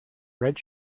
red